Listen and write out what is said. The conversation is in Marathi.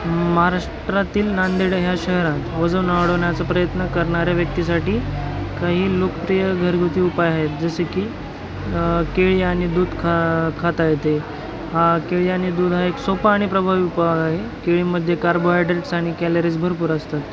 महाराष्ट्रातील नांदेड ह्या शहरात वजन वाढवण्याचा प्रयत्न करणाऱ्या व्यक्तीसाठी काही लोकप्रिय घरगुती उपाय आहेत जसे की केळी आणि दूध खा खाता येते हा केळी आणि दूध हा एक सोपा आणि प्रभावी उपाय आहे केळीमध्ये कार्बोहायड्रेट्स आणि कॅलरीज भरपूर असतात